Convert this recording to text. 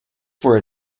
for